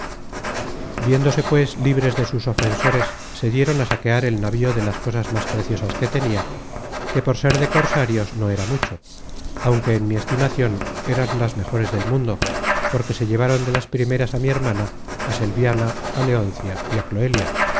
viéndose pues libres de sus ofensores se dieron a saquear el navío de las cosas más preciosas que tenia que por ser de cosarios no era mucho aunque en mi estimacion eran las mejores del mundo porque se llevaron de las primeras á mi hermana á selviana á leoncia y á cloelia